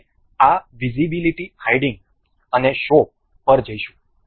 તે માટે આપણે આ વિઝિબિલિટી હાઈડીંગ અને શો પર જઇશું